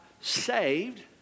saved